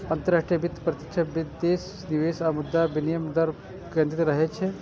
अंतरराष्ट्रीय वित्त प्रत्यक्ष विदेशी निवेश आ मुद्रा विनिमय दर पर केंद्रित रहै छै